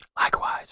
Likewise